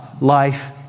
life